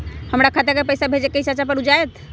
हमरा खाता के पईसा भेजेए के हई चाचा पर ऊ जाएत?